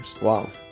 Wow